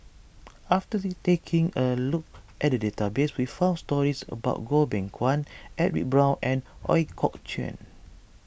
after taking a look at the database we found stories about Goh Beng Kwan Edwin Brown and Ooi Kok Chuen